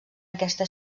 aquesta